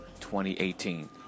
2018